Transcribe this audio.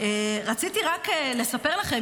רציתי רק לספר לכם,